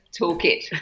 toolkit